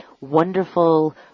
wonderful